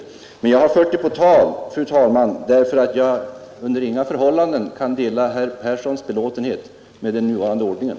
Jag har emellertid fört dem på tal, fru talman, därför att jag under inga förhållanden kan dela herr Perssons belåtenhet med den nuvarande ordningen.